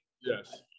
Yes